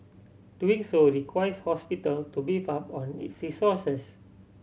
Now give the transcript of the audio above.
doing so requires hospital to beef up on its resources